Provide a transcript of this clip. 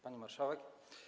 Pani Marszałek!